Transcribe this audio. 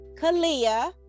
Kalia